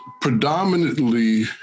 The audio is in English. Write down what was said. predominantly